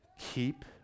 Keep